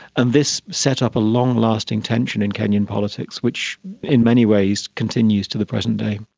and this set up a long-lasting tension in kenyan politics which in many ways continues to the present day.